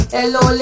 Hello